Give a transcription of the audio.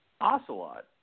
Ocelot